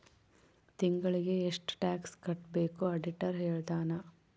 ತಿಂಗಳಿಗೆ ಎಷ್ಟ್ ಟ್ಯಾಕ್ಸ್ ಕಟ್ಬೇಕು ಆಡಿಟರ್ ಹೇಳ್ತನ